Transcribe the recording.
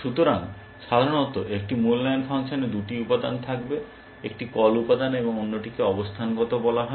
সুতরাং সাধারণত একটি মূল্যায়ন ফাংশনের দুটি উপাদান থাকবে একটি কল উপাদান এবং অন্যটিকে অবস্থানগত বলা হয়